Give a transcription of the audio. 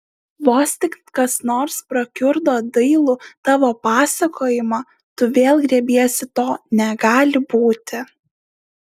vos tik kas nors prakiurdo dailų tavo pasakojimą tu vėl griebiesi to negali būti